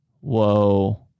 Whoa